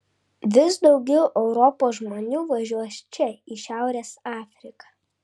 vis daugiau europos žmonių važiuos čia į šiaurės afriką